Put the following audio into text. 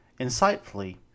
Insightfully